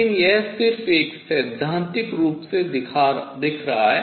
लेकिन यह सिर्फ एक सैद्धांतिक रूप से दिख रहा है